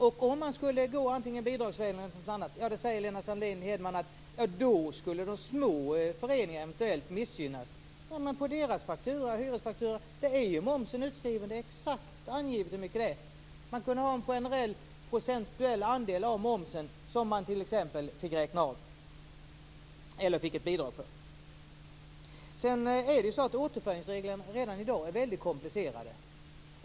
Antingen man skulle gå bidragsvägen eller någon annan väg så skulle de små föreningarna eventuellt missgynnas, säger Lena Sandlin-Hedman. Men på deras hyresfakturor är ju momsen utskriven! Det är exakt angivet hur stor den är. Man skulle kunna ha en generell, procentuell andel av momsen som man t.ex. får räkna av eller får ett bidrag för. Återföringsreglerna är redan i dag väldigt komplicerade.